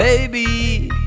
Baby